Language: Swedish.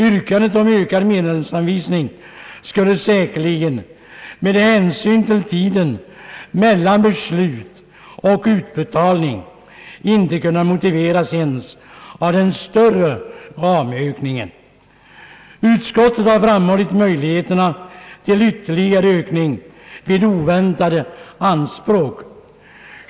Yrkandet om ökad medelsanvisning skulle säkerligen med hänsyn till tiden mellan beslut och utbetalning inte kunna motiveras ens av den större ramökningen. Utskottet har framhållit möjligheterna till ytterligare ökning vid oväntade anspråk.